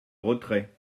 retrait